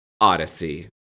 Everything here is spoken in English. Odyssey